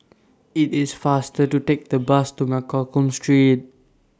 IT IS faster to Take The Bus to Mccallum Street